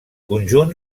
conjunt